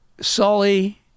Sully